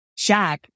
Shaq